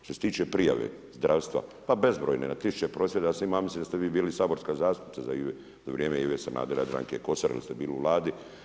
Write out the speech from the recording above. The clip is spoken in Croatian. Što se tiče prijave zdravstva, pa bezbrojne, na tisuće prosvjeda se ima, mislim da ste vi bili saborska zastupnica za vrijeme Ive Sanadera i Jadranke Kosor ili ste bili u Vladi.